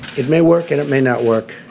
it may work and it may not work.